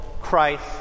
Christ